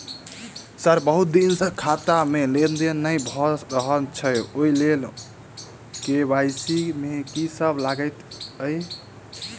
Sir बहुत दिन सऽ खाता मे लेनदेन नै भऽ रहल छैय ओई लेल के.वाई.सी मे की सब लागति ई?